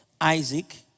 Isaac